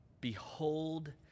behold